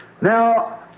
Now